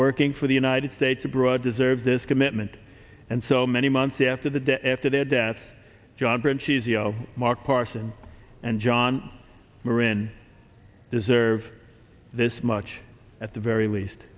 working for the united states abroad deserve this commitment and so many months after the day after their death john branch easy mark parson and john moran deserve this much at the very least